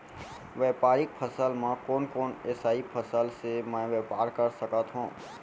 व्यापारिक फसल म कोन कोन एसई फसल से मैं व्यापार कर सकत हो?